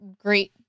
great